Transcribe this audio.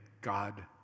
God